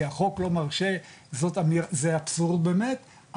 כי החוק לא מרשה זה אבסורד באמת,